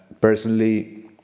Personally